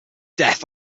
death